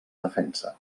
defensa